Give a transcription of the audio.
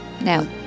No